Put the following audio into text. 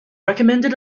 recommended